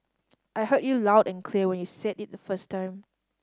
I heard you loud and clear when you said it the first time